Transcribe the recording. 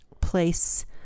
place